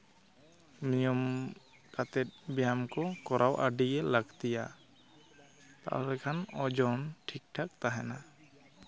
ᱱᱤᱭᱚᱢ ᱠᱟᱛᱮᱫ ᱵᱮᱭᱟᱢ ᱠᱚ ᱠᱚᱨᱟᱣ ᱟᱹᱰᱤᱜᱮ ᱞᱟᱹᱠᱛᱤᱭᱟ ᱛᱟᱦᱚᱞᱮᱠᱷᱟᱱ ᱳᱡᱚᱱ ᱴᱷᱤᱠ ᱴᱷᱟᱠ ᱛᱟᱦᱮᱱᱟ